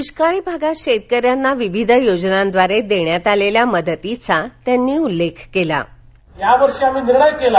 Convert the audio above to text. दुष्काळी भागात शेतकऱ्यांना विविध योजनांद्वारे देण्यात आलेल्या मदतीचा त्यांनी उल्लेख केला यावर्षी आम्ही निर्णय केला